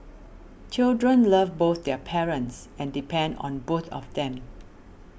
children love both their parents and depend on both of them